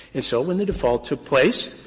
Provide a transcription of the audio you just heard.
and so when the default took place,